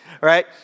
right